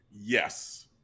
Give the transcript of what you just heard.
Yes